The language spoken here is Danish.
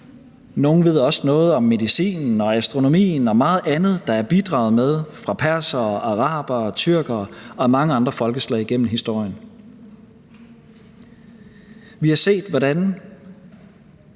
Nogle ved også noget om medicinen og astronomien og meget andet, der er bidraget med af persere, arabere, tyrkere og mange andre folkeslag gennem historien. Vi har set, hvordan